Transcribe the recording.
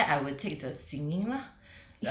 okay like that I will take the singing lah